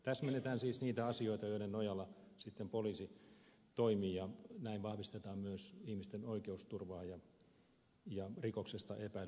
täsmennetään siis niitä asioita joiden nojalla sitten poliisi toimii ja näin vahvistetaan myös ihmisten oikeusturvaa ja rikoksesta epäillyn suojaa